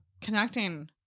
connecting